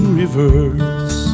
reverse